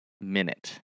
minute